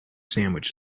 sandwich